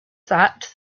that